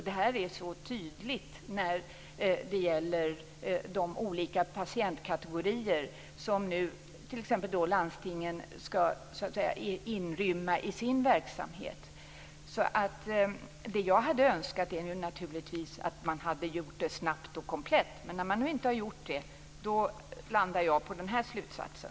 Det här är så tydligt när det gäller de olika patientkategorier som t.ex. landstingen skall inrymma i sin verksamhet. Det jag hade önskat är naturligtvis att man hade gjort det snabbt och komplett. Men när man nu inte har gjort det landar jag på den här slutsatsen.